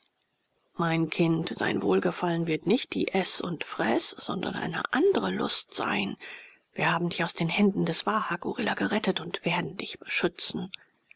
mein kind sein wohlgefallen wird nicht die eß und freß sondern eine andre lust sein wir haben dich aus den händen des wahagorilla gerettet und werden dich beschützen